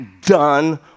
done